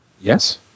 Yes